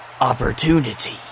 Opportunity